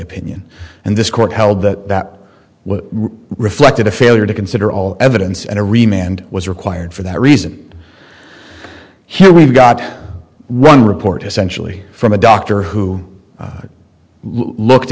opinion and this court held that that reflected a failure to consider all evidence and to remain and was required for that reason here we've got one report essentially from a doctor who looked